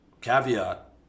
caveat